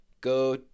go